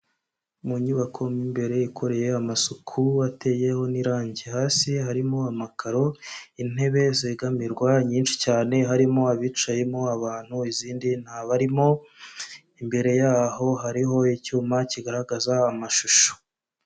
Mu nyubako mo imbere ikoreye amasuku ateyeho n'irangi. Hasi harimo amakaro, intebe zegamirwa nyinshi cyane, harimo abicayemo abantu izindi nta barimo, imbere yaho hariho icyuma kigaragaza amashusho.